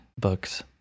books